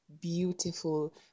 beautiful